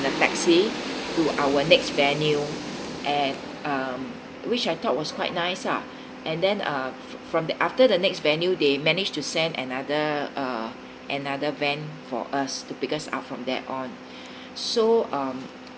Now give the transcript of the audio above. in a taxi to our next venue and um which I thought was quite nice lah and then uh fr~ from the after the next venue they manage to send another uh another van for us to pick us up from there on so um